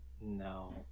no